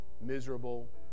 miserable